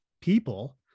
people